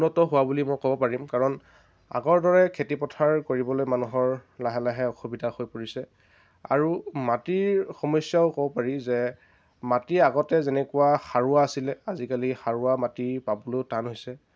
উন্নত হোৱা বুলি মই ক'ব পাৰিম কাৰণ আগৰ দৰে খেতিপথাৰ কৰিবলৈ মানুহৰ লাহে লাহে অসুবিধা হৈ পৰিছে আৰু মাটিৰ সমস্যাও ক'ব পাৰি যে মাটি আগতে যেনেকুৱা সাৰুৱা আছিলে আজিকালি সাৰুৱা মাটি পাবলৈও টান হৈছে